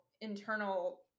internal